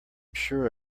sure